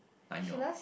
I know